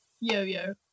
yo-yo